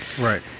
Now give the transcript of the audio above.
right